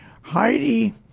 Heidi